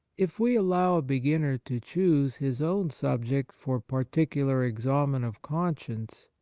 if we allow a beginner to choose his own subject for particular examen of conscience,